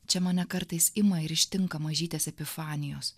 čia mane kartais ima ir ištinka mažytės epifanijos